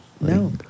No